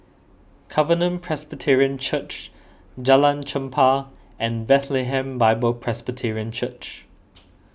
Covenant Presbyterian Church Jalan Chempah and Bethlehem Bible Presbyterian Church